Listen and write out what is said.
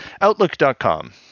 Outlook.com